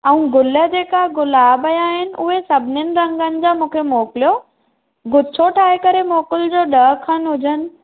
ऐं गुल जेका गुलाब जा आहिनि उहे सभनिनि रगंनि जा मूंखे मोकिलियो गुछो ठाहे करे मोकिलिजो ॾह खनि हुजनि